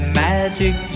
magic